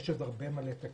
יש עוד הרבה מה לתקן.